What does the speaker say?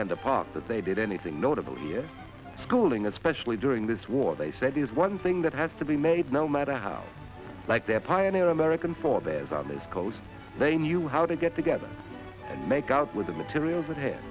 alexander park that they did anything notable here schooling especially during this war they said is one thing that has to be made no matter how like their pioneer or american for theirs on this coast they knew how to get together and make out with the materials at ha